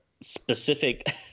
specific